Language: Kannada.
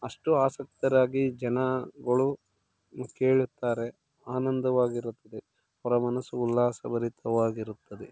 ಅಷ್ಟು ಆಸಕ್ತರಾಗಿ ಜನಗಳು ಕೇಳುತ್ತಾರೆ ಆನಂದವಾಗಿರುತ್ತದೆ ಅವರ ಮನಸ್ಸು ಉಲ್ಲಾಸಭರಿತವಾಗಿರುತ್ತದೆ